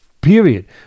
period